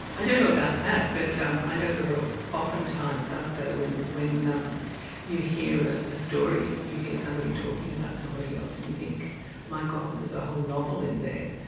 i don't know about that, but um i know there are often times, aren't there, when when um you hear a story, you hear somebody talking about somebody else and you think my god, there's a whole novel in there,